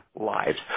lives